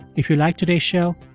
if you liked today's show,